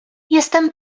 jestem